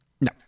No